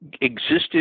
existed